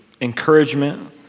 encouragement